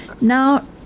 Now